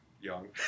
young